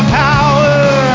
power